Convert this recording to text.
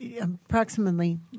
approximately –